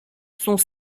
sont